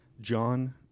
John